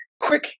Quick